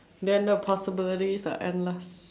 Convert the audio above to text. then the possibility and the